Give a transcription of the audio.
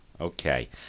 okay